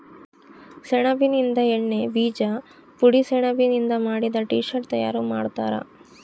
ಸೆಣಬಿನಿಂದ ಎಣ್ಣೆ ಬೀಜ ಪುಡಿ ಸೆಣಬಿನಿಂದ ಮಾಡಿದ ಟೀ ಶರ್ಟ್ ತಯಾರು ಮಾಡ್ತಾರ